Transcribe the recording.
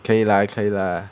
可以 lah 可以 lah